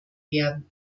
werden